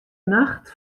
nacht